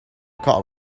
card